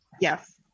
Yes